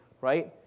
Right